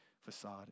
facade